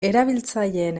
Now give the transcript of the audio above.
erabiltzaileen